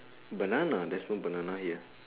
banana this one banana ya